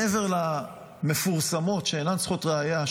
מעבר למפורסמות שאינן צריכות ראייה,